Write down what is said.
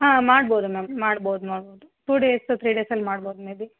ಹಾಂ ಮಾಡ್ಬೌದು ಮ್ಯಾಮ್ ಮಾಡ್ಬೌದು ಮಾಡ್ಬೌದು ಮ್ಯಾಮ್ ಟೂ ಡೇಸ್ ತ್ರೀ ಡೇಸಲ್ಲಿ ಮಾಡ್ಬೌದು ಮೇಬಿ